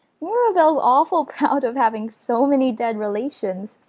mirabel's awful proud of having so many dead relations,